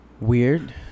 Weird